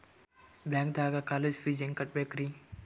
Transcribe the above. ಬ್ಯಾಂಕ್ದಾಗ college fees ಹೆಂಗ್ ಕಟ್ಟ್ಬೇಕ್ರಿ?